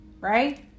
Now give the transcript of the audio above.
right